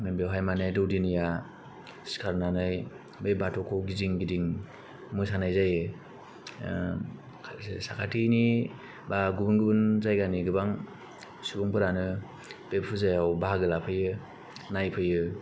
बेवहाय माने दौदिनिया सिखारनानै बे बाथौखौ गिदिं गिदिं मोसानाय जायो खायसे साखाथिनि बा गुबुन गुबुन जायगानि गोबां सुबुंफोरानो बे फुजायाव बाहागो लाफैयो नायफैयो